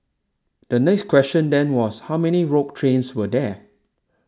the next question then was how many rogue trains were there